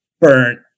burnt